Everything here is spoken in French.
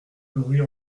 rue